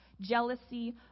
jealousy